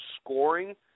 scoring